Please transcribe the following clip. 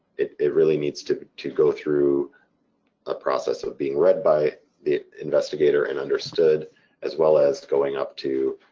it it really needs to to go through a process of being read by the investigator and understood as well as going up to